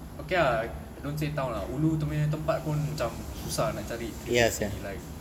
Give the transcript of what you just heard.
okay ah don't say town lah ulu punya tempat pun susah nak cari three fifty like